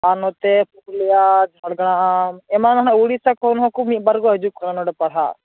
ᱟᱨ ᱱᱚᱛᱮ ᱯᱩᱨᱩᱞᱤᱭᱟᱹ ᱡᱷᱟᱲᱜᱨᱟᱢ ᱮᱢᱟ ᱚᱱᱟ ᱳᱲᱤᱥᱥᱟ ᱠᱷᱚᱱ ᱦᱚᱠᱚ ᱢᱤᱫ ᱵᱟᱨ ᱠᱚ ᱦᱤᱡᱩᱜ ᱠᱟᱱᱟ ᱱᱚᱸᱰᱮ ᱯᱟᱲᱦᱟᱜ